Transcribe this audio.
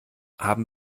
haben